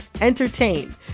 entertain